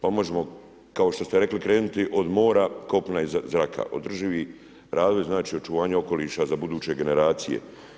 Pa možemo, kao što ste rekli, krenuti od mora, kopna i zraka, održivi razvoj, znači očuvanje okoliša za buduće generacije.